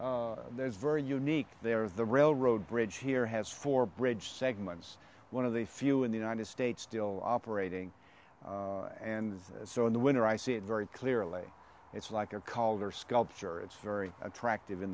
there's very unique there's the railroad bridge here has four bridge segments one of the few in the united states still operating and so in the winter i see it very clearly it's like your calder sculpture it's very attractive in